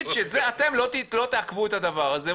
נגיד שאתם לא תעכבו את הדבר הזה,